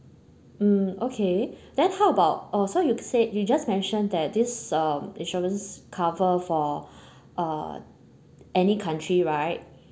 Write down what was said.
mm okay then how about uh so you said you just mention that this um insurance cover for uh any country right